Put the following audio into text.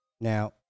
Now